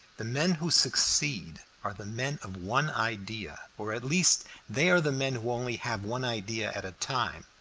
the men who succeed are the men of one idea or at least they are the men who only have one idea at a time.